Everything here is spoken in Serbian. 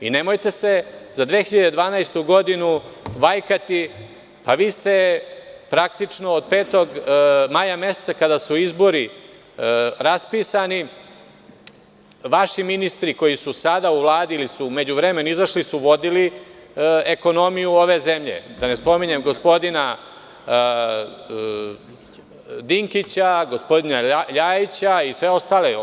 Nemojte se za 2012. godinu vajkati, vi ste praktično od petog, maja meseca kada su izbori, raspisani, vaši ministri koji su sada u Vladi ili su u međuvremenu izašli, vodili su ekonomiju ove zemlje, da ne spominjem gospodina Dinkića, gospodina Ljajića i sve ostale.